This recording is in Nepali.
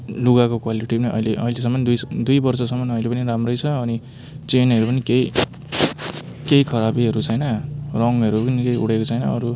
लुगाको क्वालिटी पनि अहिले अहिलेसम्म दुई स दुई वर्षसम्म अहिले पनि राम्रै छ अनि चेनहरू पनि केही केही खराबीहरू छैन रङहरू पनि केही उडेको छैन अरू